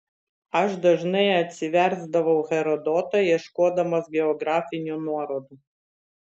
aš dažnai atsiversdavau herodotą ieškodamas geografinių nuorodų